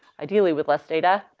ideally with less data,